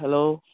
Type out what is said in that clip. hello